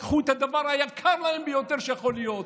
לקחו את הדבר היקר להם ביותר שיכול להיות,